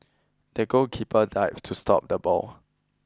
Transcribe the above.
the goalkeeper dived to stop the ball